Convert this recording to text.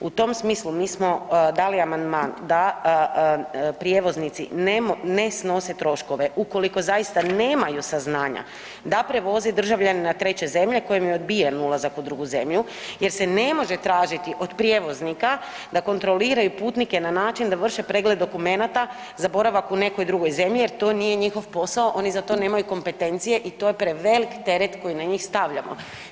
U tom smislu mi smo dali amandman da prijevoznici ne snose troškove ukoliko zaista nemaju saznanja da prevoze državljanina treće zemlje kojem je odbijen ulazak u drugu zemlju jer se ne može tražiti od prijevoznika da kontrolira i putnike na način da vrše pregled dokumenata za boravak u nekoj drugoj zemlji jer to nije njihov posao, oni za to nemaju kompetencije i to je prevelik teret koji na njih stavljamo.